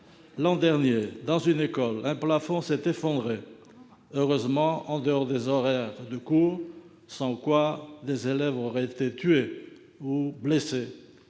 L'an dernier, un plafond s'est effondré, heureusement en dehors des horaires de cours, sans quoi des élèves auraient été tués ou blessés,